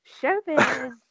Showbiz